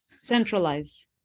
Centralize